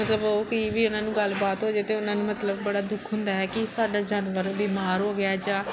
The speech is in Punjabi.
ਮਤਲਬ ਉਹ ਕੋਈ ਵੀ ਉਹਨਾਂ ਨੂੰ ਗੱਲਬਾਤ ਹੋ ਜਾਏ ਅਤੇ ਉਹਨਾਂ ਨੂੰ ਮਤਲਬ ਬੜਾ ਦੁੱਖ ਹੁੰਦਾ ਹੈ ਕਿ ਸਾਡਾ ਜਾਨਵਰ ਬਿਮਾਰ ਹੋ ਗਿਆ ਜਾਂ